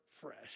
fresh